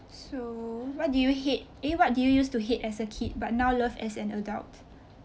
so what do you hate eh what do you used to hate as a kid but now love as an adult